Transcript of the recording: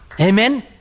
Amen